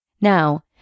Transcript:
Now